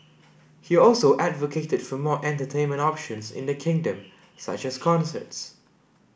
he also advocated for more entertainment options in the kingdom such as concerts